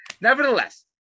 nevertheless